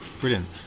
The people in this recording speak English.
brilliant